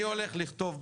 אני הולך לכתוב,